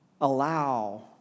allow